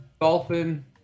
dolphin